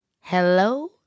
Hello